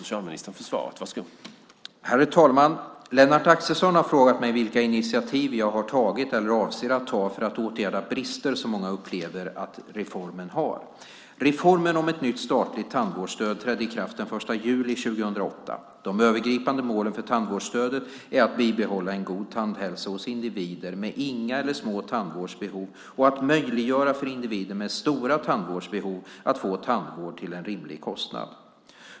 Herr talman! Lennart Axelsson har frågat mig vilka initiativ jag har tagit, eller avser att ta, för att åtgärda de brister som många upplever att reformen har. Reformen om ett nytt statligt tandvårdsstöd trädde i kraft den 1 juli 2008. De övergripande målen för tandvårdsstödet är att bibehålla en god tandhälsa hos individer med inga eller små tandvårdsbehov och att möjliggöra för individer med stora tandvårdsbehov att få tandvård till en rimlig kostnad.